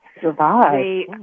survive